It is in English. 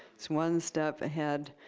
it's one step ahead,